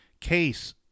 case